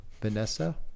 Vanessa